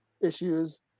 issues